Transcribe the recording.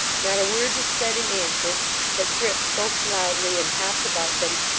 not a word was said in answer but grip croaked loudly, and hopped about them,